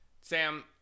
Sam